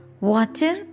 Water